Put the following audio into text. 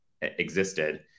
existed